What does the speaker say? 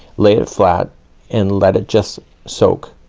lay it flat and let it just soak,